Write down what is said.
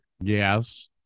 yes